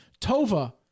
Tova